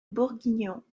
bourguignon